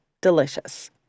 Delicious